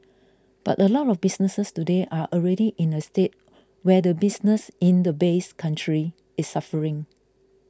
but a lot of businesses today are already in a state where the business in the base country is suffering